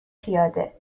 پیاده